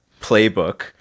playbook